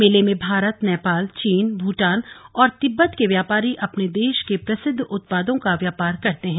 मेले में भारत नेपाल चीन भूटान और तिब्बत के व्यापारी अपने देश के प्रसिद्ध उत्पादों का व्यापार करते हैं